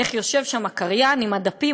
איך יושב שם הקריין עם הדפים,